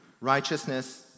righteousness